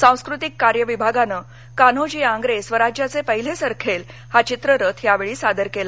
सांस्कृतिक कार्य विभागाने कान्होजी आंग्रे स्वराज्याचे पहिले सरखेल हा चित्ररथ यावेळी सादर केला